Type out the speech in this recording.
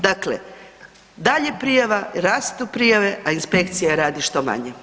Dakle, dalje prijava i rastu prijave, a inspekcija radi što manje.